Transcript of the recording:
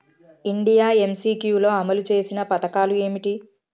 India MCQ లో అమలు చేసిన పథకాలు ఏమిటి?